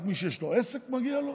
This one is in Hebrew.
רק מי שיש לו עסק מגיע לו?